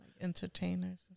Entertainers